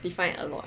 define a lot